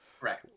Right